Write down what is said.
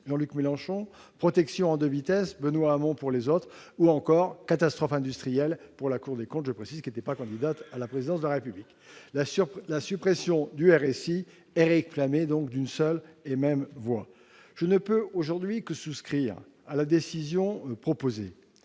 Jean-Luc Mélenchon -,« protection à deux vitesses »- Benoît Hamon -pour les autres, ou encore « catastrophe industrielle » pour la Cour des comptes- qui n'était pas candidate à la présidence de la République ... La suppression du RSI est donc réclamée d'une seule et même voix. Je ne peux que souscrire à la décision proposée.